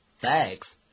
Thanks